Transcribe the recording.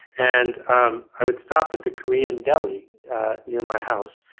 and um i would stop at the korean deli near my house.